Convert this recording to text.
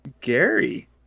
Gary